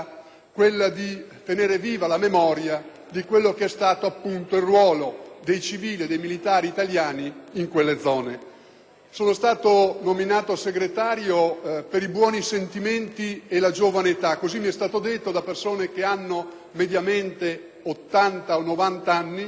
quella di tenere viva la memoria del ruolo svolto dai civili e dai militari italiani in quelle zone. Sono stato nominato segretario «per i buoni sentimenti e la giovane età»: così mi è stato detto da persone che hanno mediamente tra gli